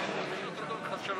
מצביע סעיד אלחרומי,